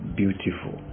beautiful